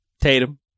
Tatum